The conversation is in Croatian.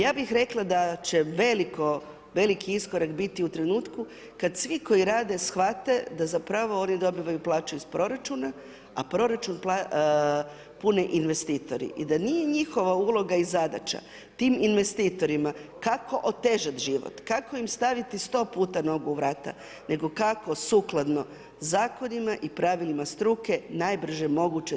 Ja bih rekla da će veliki iskorak biti u trenutku kad svi koji rade shvate da zapravo oni dobivaju plaću iz proračuna a proračun pune investitori i da nije njihova uloga i zadaća tim investitorima kako otežati život, kako im staviti 100 puta nogu u vrata nego kako sukladno zakonima i pravilima struke najbrže moguće doći do rješenja.